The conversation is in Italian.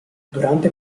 durante